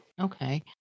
okay